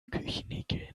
küchenhygiene